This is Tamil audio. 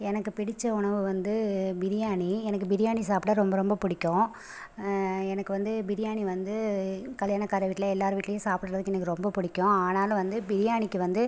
எனக்கு பிடித்த உணவு வந்து பிரியாணி எனக்கு பிரியாணி சாப்பிட ரொம்ப ரொம்ப பிடிக்கும் எனக்கு வந்து பிரியாணி வந்து கல்யாணக்கார வீட்டில் எல்லார் வீட்லியும் சாப்புடுறதுக்கு எனக்கு ரொம்ப பிடிக்கும் ஆனாலும் வந்து பிரியாணிக்கு வந்து